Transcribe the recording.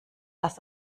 das